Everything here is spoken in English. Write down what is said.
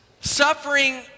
suffering